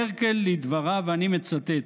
מרקל, לדבריו, ואני מצטט: